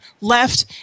left